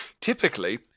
Typically